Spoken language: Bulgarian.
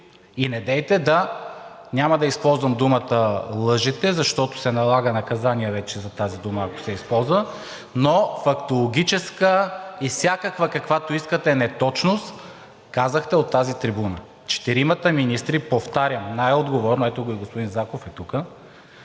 и недейте да, няма да използвам думата лъжете, защото се налага наказание вече за тази дума, ако се използва, но фактологическа и всякаква каквато искате неточност казахте от тази трибуна. Четиримата министри, повтарям най-отговорно, ето го и господин Зарков е тук,